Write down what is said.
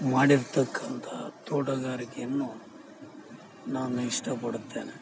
ಮಾಡಿರ್ತಕ್ಕಂಥ ತೋಟಗಾರಿಕೆಯನ್ನು ನಾನು ಇಷ್ಟ ಪಡುತ್ತೇನೆ